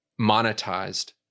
monetized